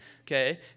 okay